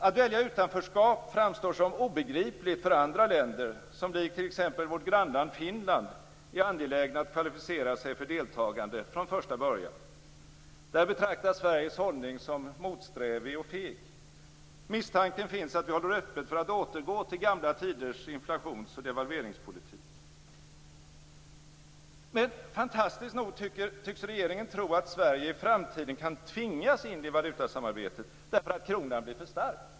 Att välja utanförskap framstår som obegripligt för andra länder, som likt t.ex. vårt grannland Finland är angelägna att kvalificera sig för deltagande från första början. Där betraktas Sveriges hållning som motsträvig och feg. Misstanken finns att vi håller öppet för att återgå till gamla tiders inflations och devalveringspolitik. Men fantastiskt nog tycks regeringen tro att Sverige i framtiden kan tvingas in i valutasamarbetet därför att kronan blir för stark!